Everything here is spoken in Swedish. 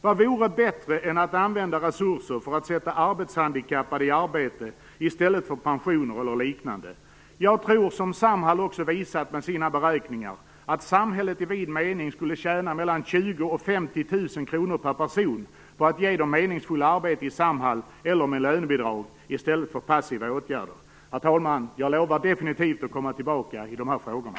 Vad vore bättre än att använda resurser för att sätta arbetshandikappade i arbete i stället för pensioner eller liknande. Jag tror, som Samhall också har visat med sina beräkningar, att samhället i vid mening skulle tjäna mellan 20 000 och 50 000 kronor per person på att ge dessa människor meningsfulla arbeten i Samhall eller med lönebidrag i stället för passiva åtgärder. Herr talman! Jag lovar definitivt att komma tillbaka i de här frågorna.